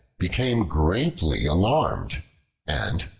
became greatly alarmed and,